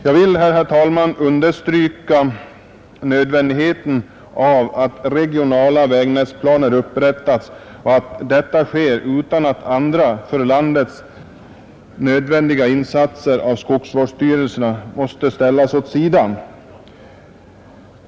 Jag vill, herr talman, understryka nödvändigheten av att regionala vägnätsplaner upprättas och att detta kan ske utan att andra för landet nödvändiga insatser av skogsvårdsstyrelserna måste ställas åt sidan.